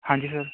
ਹਾਂਜੀ ਸਰ